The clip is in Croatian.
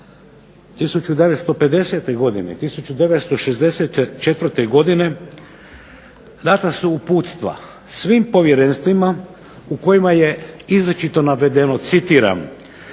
1950. godine, 1964. godine, dana su uputstva svim povjerenstvima u kojima je izričito navedeno, citiram: